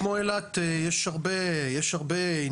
כמו אילת יש הרבה עניינים.